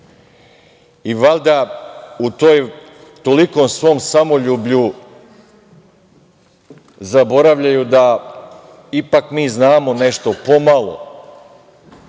u tolikom svom samoljublju zaboravljaju da ipak mi znamo nešto pomalo,